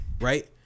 right